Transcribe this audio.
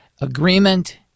Agreement